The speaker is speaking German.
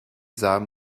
samen